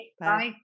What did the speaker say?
Bye